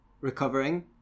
recovering